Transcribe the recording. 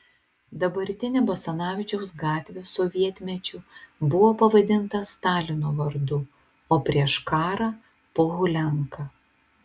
dabartinė basanavičiaus gatvė sovietmečiu buvo pavadinta stalino vardu o prieš karą pohulianka